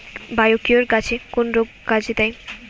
Biocure গাছের কোন রোগে কাজেদেয়?